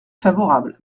favorable